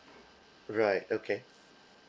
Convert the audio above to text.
right okay